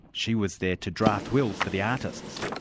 she was there to draft wills for the artists.